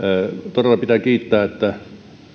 todella pitää kiittää että